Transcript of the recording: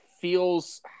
feels